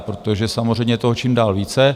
Protože samozřejmě je toho čím dál více.